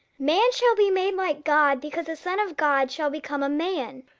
man shall be made like god because the son of god shall become a man.